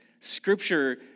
Scripture